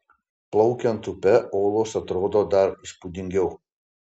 plaukiant upe olos atrodo dar įspūdingiau